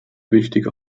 wichtige